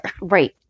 Right